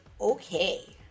okay